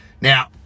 Now